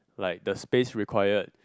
like the space required